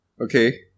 Okay